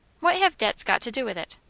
what have debts got to do with it?